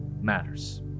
matters